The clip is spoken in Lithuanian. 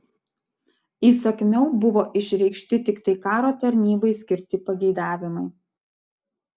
įsakmiau buvo išreikšti tiktai karo tarnybai skirti pageidavimai